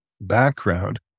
background